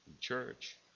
Church